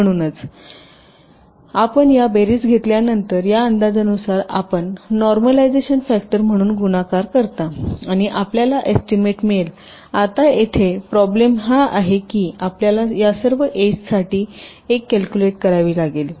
म्हणूनच आपण या बेरीज घेतल्यानंतर या अंदाजानुसार आपण नॉर्मलाईझेशन फॅक्टर म्हणून गुणाकार करता आणि आपल्याला एस्टीमेट मिळेल आता येथे प्रॉब्लेम ही आहे की आपल्याला या सर्व एज साठी एक कॅल्कुलेट करावी लागेल